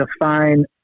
define